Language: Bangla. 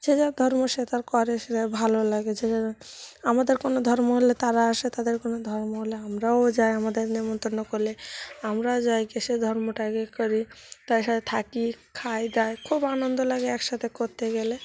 যে যার ধর্ম সে তার করে সে তার ভালো লাগে যে যার আমাদের কোনো ধর্ম হলে তারা আসে তাদের কোনো ধর্ম হলে আমরাও যাই আমাদের নিমন্ত্রণ করলে আমরাও যাই গিয়ে সে ধর্মটা এ করি তাদের সাথে থাকি খাই দাই খুব আনন্দ লাগে একসাথে করতে গেলে